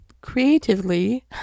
creatively